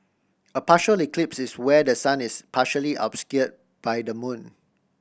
a partial eclipse is where the sun is partially obscure by the moon